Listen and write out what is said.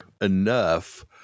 enough